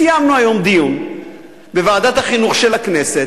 קיימנו היום דיון בוועדת החינוך של הכנסת,